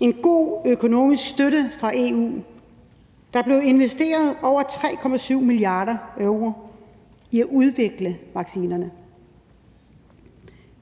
en god økonomisk støtte fra EU. Der blev investeret over 3,7 mia. euro til at udvikle vaccinerne.